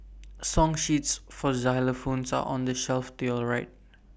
song sheets for xylophones are on the shelf to your right